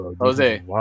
Jose